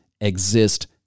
exist